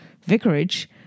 Vicarage